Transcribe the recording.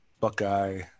buckeye